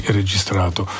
registrato